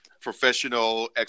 professional